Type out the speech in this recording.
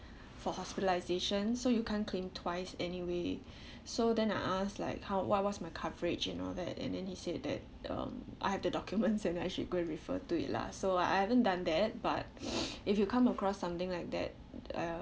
for hospitalisation so you can't claim twice anyway so then I ask like how what what's my coverage and all that and then he said that um I have the documents and I should go and refer to it lah so I haven't done that but if you come across something like that uh